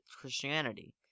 Christianity